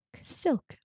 Silk